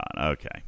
Okay